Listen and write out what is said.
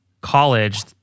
college